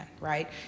right